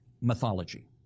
mythology